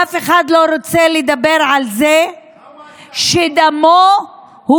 ואף אחד לא רוצה לדבר על זה שדמו הוא